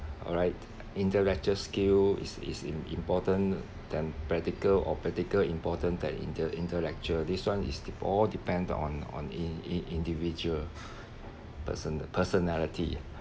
alright intellectual skill is is im~ important than practical or practical important that inte~ intellectual this one is de~ all depend on on in~ in~ individual person the personality